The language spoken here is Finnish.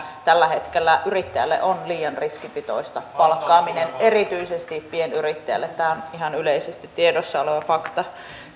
tällä hetkellä yrittäjälle on liian riskipitoista palkkaaminen erityisesti pienyrittäjälle tämä on ihan yleisesti tiedossa oleva fakta